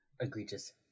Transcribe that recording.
egregious